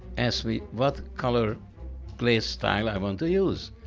asked me what color glaze style i want to use,